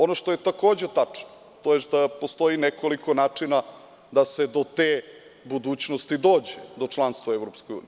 Ono što je takođe tačno, to je da postoji nekoliko načina da se do te budućnosti dođe do članstva u EU.